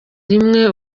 rimwe